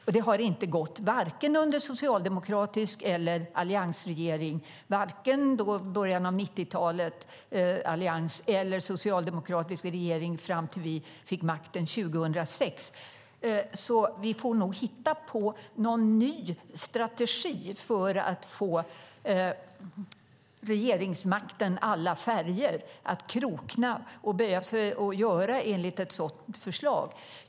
Men det har inte gått under vare sig socialdemokratisk regering eller alliansregering, från början av 90-talet med socialdemokratisk regering fram tills vi fick makten 2006, så vi får nog hitta på någon ny strategi för att få regeringsmakten, alla färger, att böja sig för att göra enligt ett sådant förslag.